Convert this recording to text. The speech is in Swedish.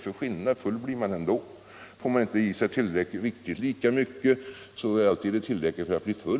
Full blir man ju ändå, och får man inte i sig lika mycket, är det ändå tillräckligt mycket för att man skall